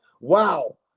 wow